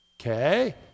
Okay